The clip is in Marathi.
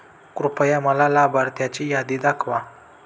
कृपया मला लाभार्थ्यांची यादी दाखवा